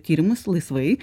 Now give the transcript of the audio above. tyrimus laisvai